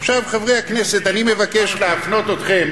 עכשיו, חברי הכנסת, אני מבקש להפנות אתכם